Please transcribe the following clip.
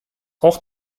auch